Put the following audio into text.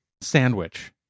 sandwich